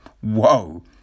Whoa